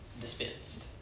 dispensed